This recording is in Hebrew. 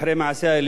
מיושמים,